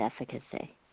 efficacy